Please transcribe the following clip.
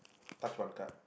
touch one card